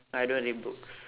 I don't read books